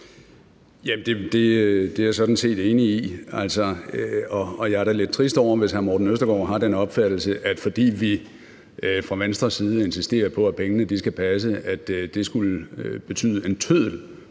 Det er jeg sådan set enig i, og jeg er da lidt trist over, hvis hr. Morten Østergaard har den opfattelse, at det, fordi vi fra Venstres side insisterer på, at pengene skal passe, skulle betyde en tøddel